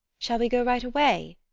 shall we go right away?